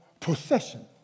procession